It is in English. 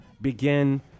begin